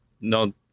no